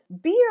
beer